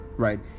right